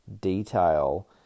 detail